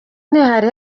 ntihari